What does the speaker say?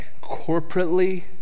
Corporately